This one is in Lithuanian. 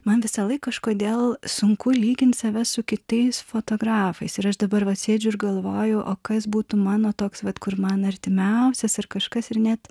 man visąlaik kažkodėl sunku lyginti save su kitais fotografais ir aš dabar va sėdžiu ir galvoju o kas būtų mano toks vat kur man artimiausias ir kažkas ir net